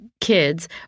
kids